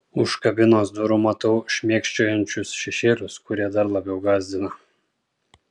už kabinos durų matau šmėkščiojančius šešėlius kurie dar labiau gąsdina